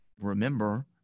remember